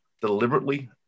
deliberately